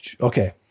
Okay